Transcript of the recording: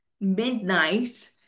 midnight